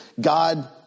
God